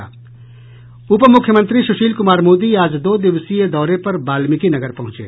उप मुख्यमंत्री सुशील कुमार मोदी आज दो दिवसीय दौरे पर बाल्मिकीनगर पहुंचे